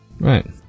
Right